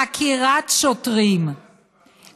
חקירת שוטרים,